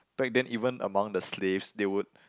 back then even among the slaves they would